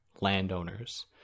landowners